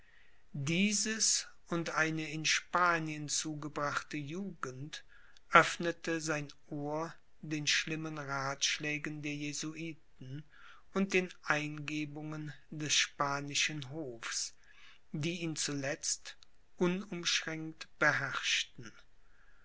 dieses und eine in spanien zugebrachte jugend öffnete sein ohr den schlimmen ratschlägen der jesuiten und den eingebungen des spanischen hofs die ihn zuletzt unumschränkt beherrschten